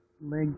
leg